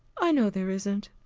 i know there isn't.